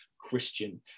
Christian